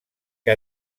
que